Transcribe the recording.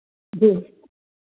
जी